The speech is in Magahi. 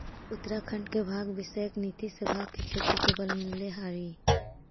उत्तराखण्ड के भाँग विषयक नीति से भाँग के खेती के बल मिलले हइ